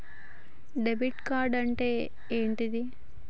Debit card అంటే ఏంటిది?